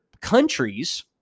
countries